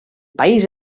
país